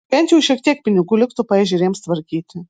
bent jau šiek tiek pinigų liktų paežerėms tvarkyti